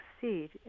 succeed